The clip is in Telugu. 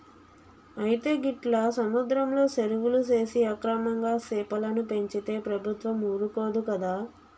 అయితే గీట్ల సముద్రంలో సెరువులు సేసి అక్రమంగా సెపలను పెంచితే ప్రభుత్వం ఊరుకోదు కదా